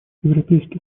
европейский